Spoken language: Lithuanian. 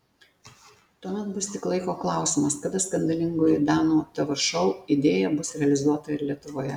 tuomet bus tik laiko klausimas kada skandalingoji danų tv šou idėja bus realizuota ir lietuvoje